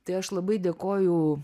tai aš labai dėkoju